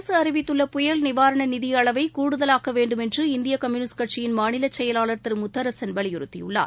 அரசுஅறிவித்துள்ள புயல் நிவாரணநிதிஅளவைகூடுதலாக்கவேண்டும் என்று இந்தியகம்யூனிஸ்ட் கட்சியின் மாநிலசெயலாளர் திருமுத்தரசன் வலியுறுத்தியுள்ளார்